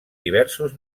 diversos